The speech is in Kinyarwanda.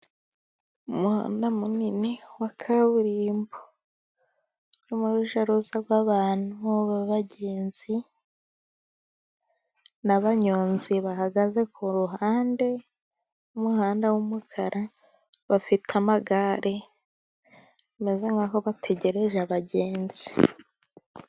Umuhanda munini wa kaburimbo. Urimo ujya n'uruza rw'abantu b'abagenzi n'abanyonzi bahagaze ku ruhande, rw'umuhanda w'umukara, bafite amagare, bameze nk'aho bategereje abagenzi.